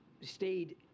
stayed